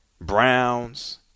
Browns